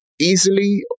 Easily